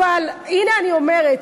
אבל הנה אני אומרת: